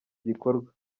gikorwa